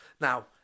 Now